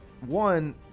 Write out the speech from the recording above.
one